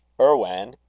irwan,